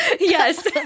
Yes